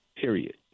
period